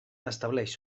estableix